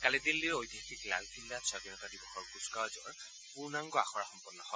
কালি দিল্লীৰ ঐতিহাসিক লালকিল্লাত স্বাধীনতা দিৱসৰ কুচকাৱাজৰ পূৰ্ণাংগ আখৰা সম্পন্ন হয়